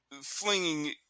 flinging